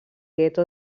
gueto